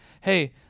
hey